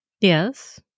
Yes